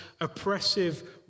oppressive